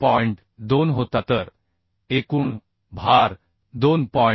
2 होता तर एकूण भार 2